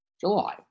July